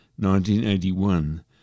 1981